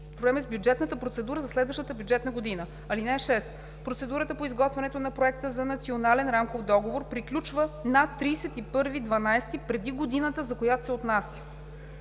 време с бюджетната процедура за следващата бюджетна година. (6) Процедурата по изготвянето на проекта за Национален рамков договор приключва на 31 декември преди годината, за която се отнася.